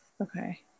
Okay